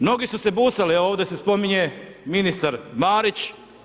Mnogi su se busali, evo ovdje se spominje ministar Marić.